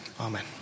amen